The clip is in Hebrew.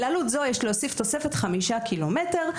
לעלות זו יש להוסיף תוספת חמישה קילומטרים.